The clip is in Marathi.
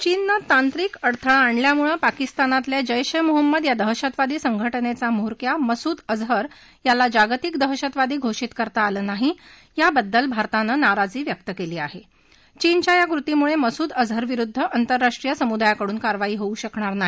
चीननं तांत्रिक अडथळा आणल्यामुळ प्राकिस्तानातल्या जेश ए मोहम्मद या दहशतवादी संघटनद्वी म्होरक्या मसूद अजहर याला जागतिक दहशतवादी घोषित करता आलं नाही याबद्दल भारतानं निराजी व्यक्त कली आहा घीनच्या या कृतीमुळ कसूद अजहरविरुद्ध अंतरराष्ट्रीय समुदायाकडून कारवाई होऊ शकणार नाही